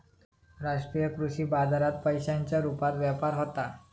राष्ट्रीय कृषी बाजारात पैशांच्या रुपात व्यापार होता